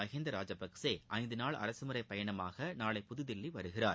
மகிந்த ராஜபக்சே ஐந்து நாள் அரசு முறை பயணமாக நாளை புதுதில்லி வருகிறார்